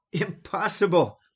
Impossible